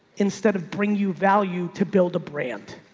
instead of bring you value to build a brand.